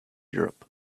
europe